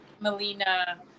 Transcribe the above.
melina